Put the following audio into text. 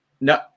No